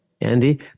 Andy